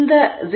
4 0